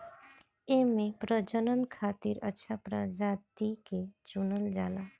एमे प्रजनन खातिर अच्छा प्रजाति के चुनल जाला